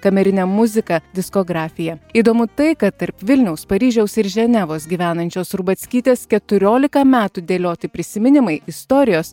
kamerinę muziką diskografiją įdomu tai kad tarp vilniaus paryžiaus ir ženevos gyvenančios rubackytės keturiolika metų dėlioti prisiminimai istorijos